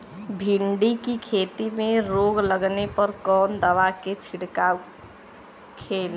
भिंडी की खेती में रोग लगने पर कौन दवा के छिड़काव खेला?